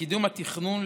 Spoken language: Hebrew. לקידום התכנון,